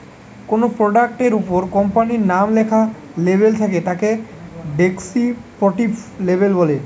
কোনো প্রোডাক্ট এর উপর কোম্পানির নাম লেখা লেবেল থাকে তাকে ডেস্ক্রিপটিভ লেবেল বলে